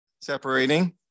separating